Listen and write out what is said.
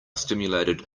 stimulated